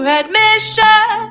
admission